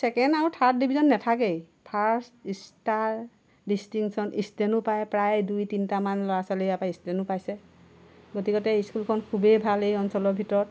second আৰু third division নাথাকেই first star distinction ইষ্টেণ্ডো পাই প্ৰায় দুই তিনিটামান ল'ৰা ছোৱালীয়ে ইয়াৰ পৰা ষ্টেণ্ডো পাইছে গতিকতে স্কুলখন খুবেই ভাল এই অঞ্চলৰ ভিতৰত